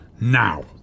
Now